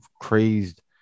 crazed